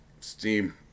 steam